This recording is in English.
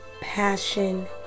passion